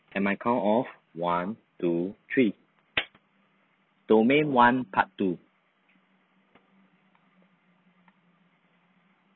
at my count of one two three domain one part two